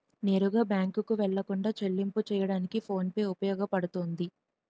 నేరుగా బ్యాంకుకు వెళ్లకుండా చెల్లింపు చెయ్యడానికి ఫోన్ పే ఉపయోగపడుతుంది